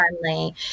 friendly